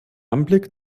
anblick